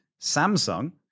Samsung